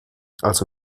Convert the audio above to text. also